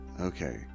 Okay